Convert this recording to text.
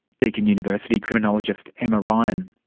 deakin university criminologist emma ryan.